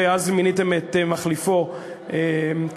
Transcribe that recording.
ואז מיניתם את מחליפו קליין,